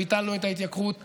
ביטלנו את ההתייקרות בדלק.